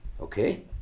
Okay